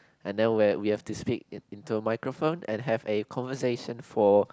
and then where we have to speak into a microphone and have a conversation for